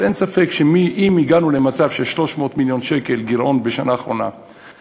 אז אין ספק שאם הגענו למצב של 300 מיליון שקל גירעון בשנה האחרונה,